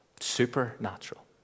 supernatural